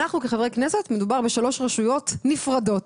אנחנו כחברי כנסת, מדובר בשלוש רשויות נפרדות,